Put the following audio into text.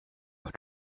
were